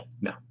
no